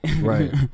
Right